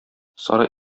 сарай